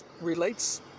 relates